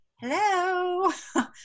hello